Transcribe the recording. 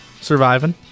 surviving